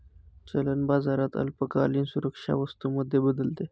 चलन बाजारात अल्पकालीन सुरक्षा वस्तू मध्ये बदलते